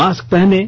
mask पहनें